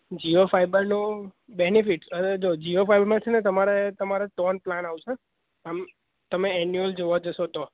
જીઓ ફાઈબરનો બેનિફિટ હવે જુઓ જીઓ ફાઈબરમાં છે ને તમારે તમારે ત્રણ પ્લાન આવશે આમ તમે એન્યુઅલ જોવા જશો તો